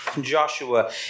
Joshua